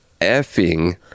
effing